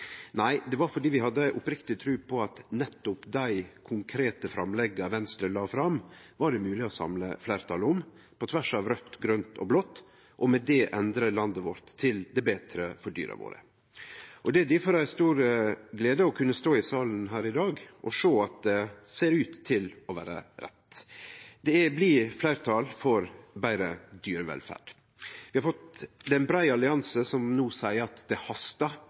Nei, det var fordi vi hadde ei oppriktig tru på at nettopp dei konkrete framlegga Venstre la fram, var det mogleg å samle fleirtal om, på tvers av raudt, grønt og blått, og med det endre landet vårt til det betre for dyra våre. Det er difor ei stor glede å kunne stå i salen her i dag og sjå at det ser ut til å vere rett. Det blir fleirtal for betre dyrevelferd. Det er ein brei allianse som no seier at det hastar